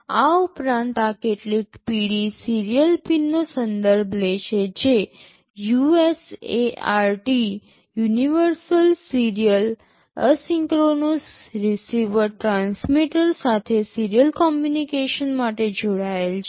આ ઉપરાંત આ કેટલીક પીળી સીરીયલ પિનનો સંદર્ભ લે છે જે USART universal serial asynchronous receiver transmitter સાથે સીરીયલ કમ્યુનિકેશન માટે જોડાયેલ છે